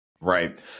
right